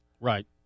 Right